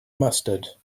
mustard